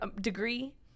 Degree